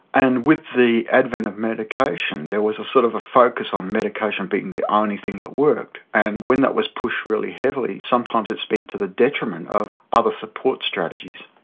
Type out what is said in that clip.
and with the advent of medication, there was sort of a focus on medication being the only thing that worked. and when that was pushed really heavily, sometimes it's been to the detriment of other support strategies.